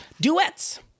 duets